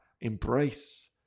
embrace